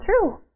true